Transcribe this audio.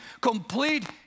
complete